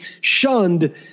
shunned